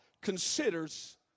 considers